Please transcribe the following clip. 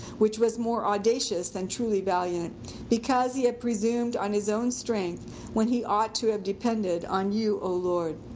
which was more audacious than truly valiant because he had presumed on its own strength when he ought to have depended on you o lord.